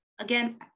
Again